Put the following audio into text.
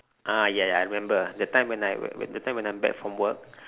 ah ya ya I remember that time when when when that time when I'm back from work